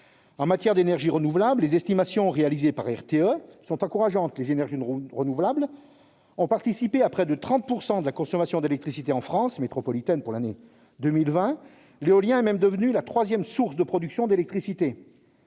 En matière d'énergies renouvelables, les estimations réalisées par RTE sont encourageantes : les EnR ont participé à près de 30 % de la consommation d'électricité en France métropolitaine en 2020. L'éolien est même devenu la troisième source de production d'électricité.